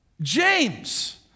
James